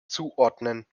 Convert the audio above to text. zuordnen